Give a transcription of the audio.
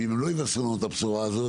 ואם הם לא יבשרו לנו את הבשורה הזאת,